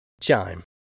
Chime